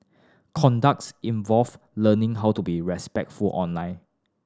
conducts involve learning how to be respectful online